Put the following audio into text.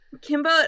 Kimbo